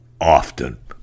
often